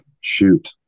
Shoot